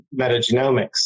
metagenomics